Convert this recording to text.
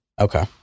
Okay